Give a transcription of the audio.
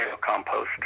compost